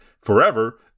forever